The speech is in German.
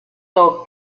laut